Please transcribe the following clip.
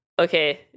Okay